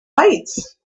lights